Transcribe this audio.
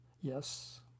Yes